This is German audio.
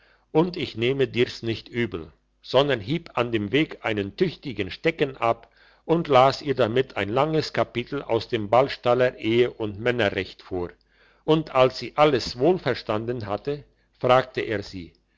und ich nehme dir's nicht übel sondern hieb an dem weg einen tüchtigen stecken ab und las ihr damit ein langes kapitel aus dem ballstaller ehe und männerrecht vor und als sie alles wohlverstanden hatte fragte er sie